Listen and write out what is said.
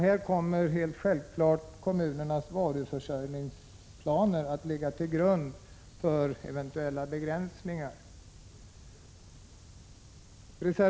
Här kommer självfallet kommunernas varuförsörjningsplaner att ligga till grund för eventuella begränsningar.